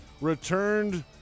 returned